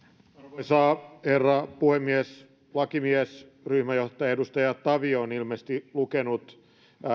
arvoisa herra puhemies lakimies ryhmänjohtaja edustaja tavio on ilmeisesti lukenut